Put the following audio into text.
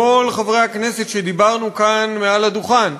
כל חברי הכנסת שדיברנו כאן מעל הדוכן,